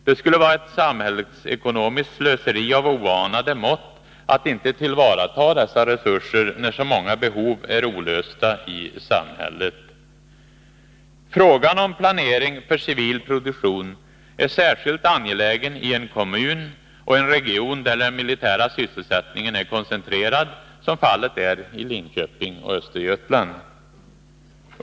Det skulle vara ett samhällsekonomiskt slöseri av oanade mått att inte tillvarata dessa resurser, när så många behov är ouppfyllda i samhället. Frågan om planering för civil produktion är särskilt angelägen i en kommun och en region där den militära sysselsättningen är koncentrerad, som fallet är i Linköping och Östergötland.